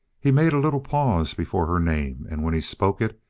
he made a little pause before her name, and when he spoke it,